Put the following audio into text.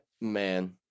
Man